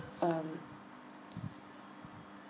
um